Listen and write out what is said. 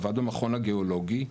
שעבד במכון הגאולוגי.